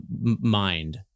Mind